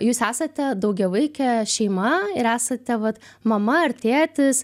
jūs esate daugiavaikė šeima ir esate vat mama ar tėtis